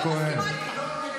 ואצל אישה זאת תהיה חולשה.